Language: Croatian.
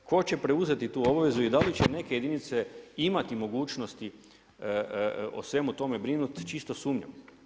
Tko će preuzeti tu obvezu i da li će neke jedinice imati mogućnosti o svemu tome brinuti, čisto sumnjam.